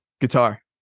Guitar